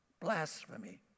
Blasphemy